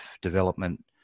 development